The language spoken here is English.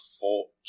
fort